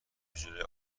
جورایی